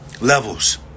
Levels